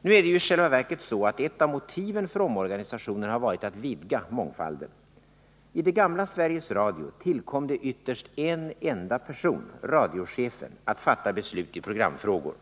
Nu är det ju i själva verket så, att ett av motiven för omorganisationen har varit att vidga mångfalden. I det gamla Sveriges Radio tillkom det ytterst en enda person — radiochefen — att fatta beslut i programfrågor.